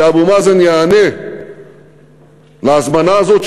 שאבו מאזן ייענה להזמנה הזאת.